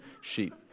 sheep